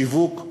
שיווק,